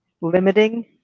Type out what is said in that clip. limiting